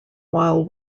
while